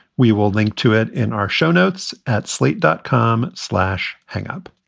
we will link to it in our show notes at slate dot com. slash hang-up